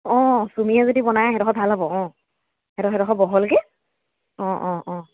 অঁ চুমিয়ে যদি বনায় সিহঁতৰ ঘৰত ভাল হ'ব অঁ সেইডোখৰ বহলকৈ অঁ অঁ অঁ